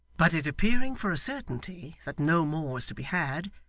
but it appearing for a certainty that no more was to be had,